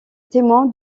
témoin